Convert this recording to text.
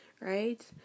right